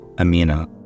Amina